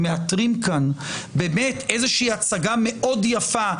מאתרים כאן הצגה מאוד יפה.